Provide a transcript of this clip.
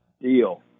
Deal